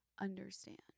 understand